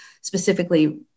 specifically